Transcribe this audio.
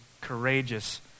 courageous